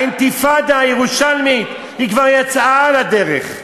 האינתיפאדה הירושלמית כבר יצאה לדרך.